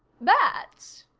bats?